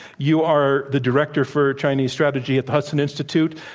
you are the director for chinese strategy at the hudson institute.